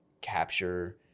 capture